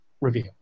review